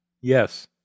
Yes